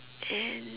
and